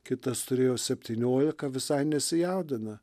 kitas turėjo septyniolika visai nesijaudina